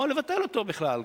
או לבטל אותו בכלל.